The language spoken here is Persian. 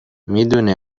میدونی